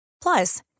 Plus